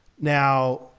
Now